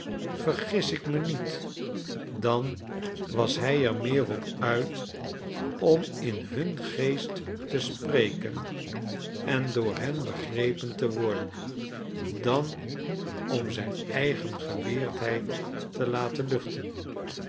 yergis ik me niet dan was h er meer op uit om in hun geest te spreken en door hen begrepen te worden dan om zijn eigen geleerdheid te laten luchten